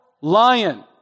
lion